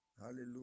Hallelujah